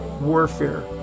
warfare